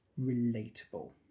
relatable